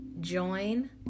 Join